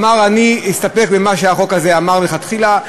אמר: אני אסתפק במה שהחוק הזה אמר לכתחילה.